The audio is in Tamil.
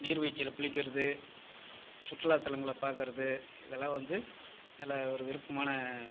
நீர்வீழ்ச்சியில் குளிக்கிறது சுற்றுலா தளங்களை பார்க்குறது இதெலா வந்து நல்ல ஒரு விருப்பமான